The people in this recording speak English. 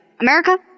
America